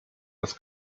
das